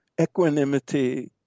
equanimity